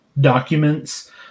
documents